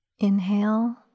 Inhale